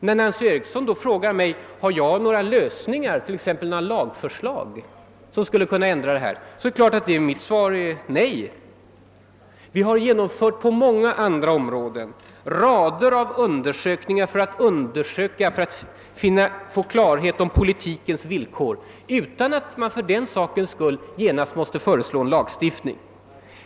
När fru Nancy Eriksson då frågar mig om jag har några lösningar som skulle kunna ändra förhållandena, exempelvis några lagförslag, blir mitt svar givetvis nekande. På många andra områden har det genomförts en mängd undersökningar för att få klarhet om politikens villkor utan att man för den sakens skull genast måste föreslå nya lagar.